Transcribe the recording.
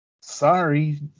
sorry